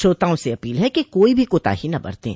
श्रोताओं से अपील है कि कोई भी कोताही न बरतें